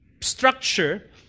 structure